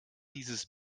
dieses